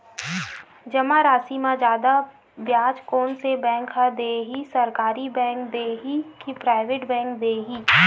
जमा राशि म जादा ब्याज कोन से बैंक ह दे ही, सरकारी बैंक दे हि कि प्राइवेट बैंक देहि?